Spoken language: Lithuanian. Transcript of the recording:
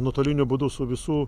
nuotoliniu būdu su visų